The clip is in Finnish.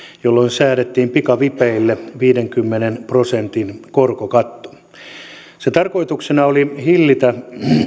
silloin säädettiin pikavipeille viidenkymmenen prosentin korkokatto sen tarkoituksena oli hillitä